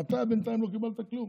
ואתה בינתיים לא קיבלת כלום.